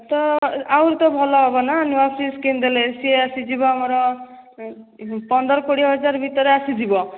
ତ ଆଉ ତ ଭଲ ହେବ ନା ନୂଆ ଫ୍ରିଜ୍ କିଣିଦେଲେ ସେ ଆସିଯିବ ଆମର ପନ୍ଦର କୋଡ଼ିଏ ହଜାର ଭିତରେ ଆସିଯିବ